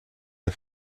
der